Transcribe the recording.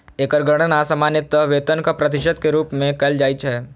एकर गणना सामान्यतः वेतनक प्रतिशत के रूप मे कैल जाइ छै